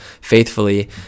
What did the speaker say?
faithfully